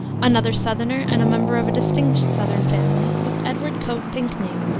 another southerner, and a member of a distinguished southern family, was edward coate pinkney,